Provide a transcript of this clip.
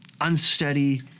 unsteady